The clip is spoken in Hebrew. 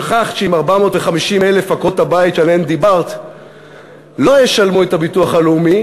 שכחת שאם 450,000 עקרות-הבית שעליהן דיברת לא ישלמו את הביטוח הלאומי,